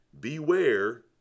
Beware